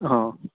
ହଁ